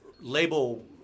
label